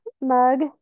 mug